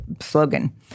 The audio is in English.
slogan